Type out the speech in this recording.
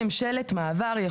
בזמן ממשלת מעבר,